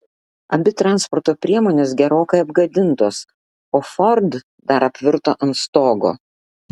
abi transporto priemonės gerokai apgadintos o ford dar apvirto ant stogo